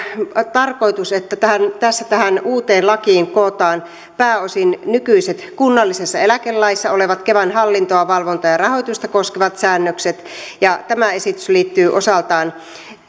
tarkoitus että tähän uuteen lakiin kootaan pääosin nykyiset kunnallisessa eläkelaissa olevat kevan hallintoa valvontaa ja rahoitusta koskevat säännökset tämä esitys liittyy osaltaan